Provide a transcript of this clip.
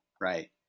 Right